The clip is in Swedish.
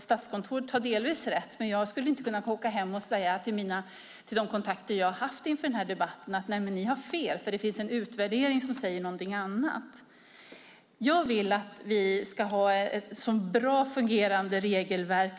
Statskontoret kan delvis ha rätt, men jag skulle inte kunna säga till de kontakter jag haft inför den här debatten att de har fel eftersom det finns en utvärdering som säger någonting annat. Jag vill att vi ska ha ett väl fungerande regelverk.